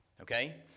Okay